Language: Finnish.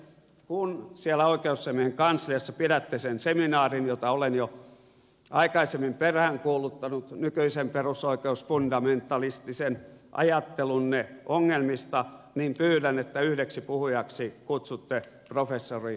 kun siellä oikeusasiamiehen kansliassa pidätte sen seminaarin jota olen jo aikaisemmin peräänkuuluttanut nykyisen perusoikeusfundamentalistisen ajattelunne ongelmista niin pyydän että yhdeksi puhujaksi kutsutte professori aulis aarnion